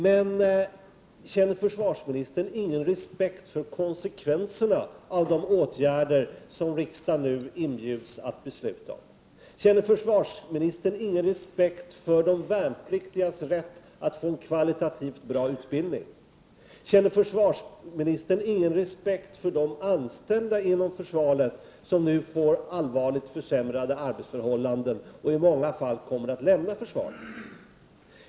Men känner försvarsministern ingen respekt för konsekvenserna av de åtgärder = Prot. 1989/90:46 som riksdagen nu inbjuds att besluta om? Känner försvarsministern ingen 14 december 1989 respekt för de värnpliktigas rätt att få en kvalitativt bra utbildning? Kämer Z—— försvarministern ingen respekt för de anställda inom försvaret, som nu får allvarligt försämrade arbetsförhållanden och i många fall kommer att lämna försvaret?